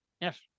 Yes